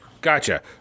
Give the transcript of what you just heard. Gotcha